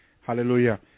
hallelujah